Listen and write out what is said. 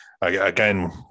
again